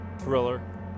Thriller